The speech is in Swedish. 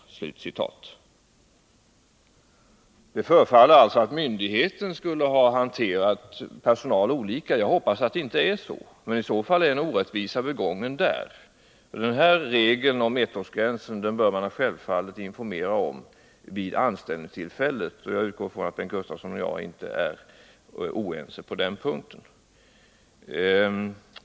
Det förefaller alltså som om myndigheten hade hanterat personalen olika, men jag hoppas att det inte är så. I sådant fall skulle en orättvisa vara begången där. Regeln om ettårsgränsen bör man självfallet informera om vid anställningstillfället, och jag utgår från att Bengt Gustavsson och jag inte är oense på den punkten.